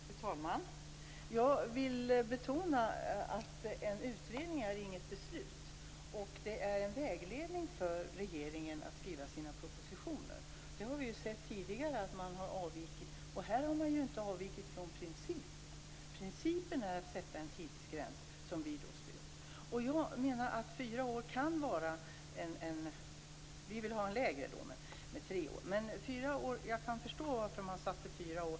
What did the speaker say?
Fru talman! Jag vill betona att en utredning inte utgör något beslut utan en vägledning för regeringen att skriva sina propositioner. Vi har ju sett tidigare att man har avvikit. Här har man inte avvikit från principen. Principen är att sätta en tidsgräns, som vi stöder. Jag menar att fyra år kan vara bra. Vi vill ha en kortare tid. Men jag kan förstå att man vill sätta tidsgränsen fyra år.